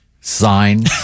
Sign